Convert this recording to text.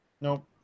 Nope